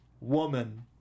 woman